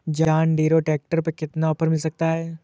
John Deere tractor पर कितना offer मिल सकता है?